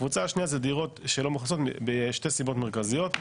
הקבוצה השנייה זה דירות שלא מאוכלסות משתי סיבות מרכזיות,